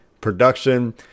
production